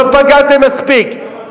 לא פגעתם מספיק.